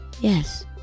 Yes